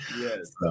Yes